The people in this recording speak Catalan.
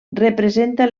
representa